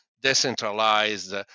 decentralized